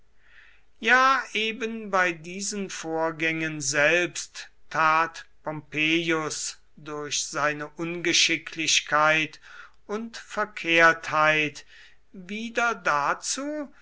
ja eben bei diesen vorgängen selbst tat pompeius durch seine ungeschicklichkeit und verkehrtheit wieder dazu